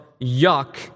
yuck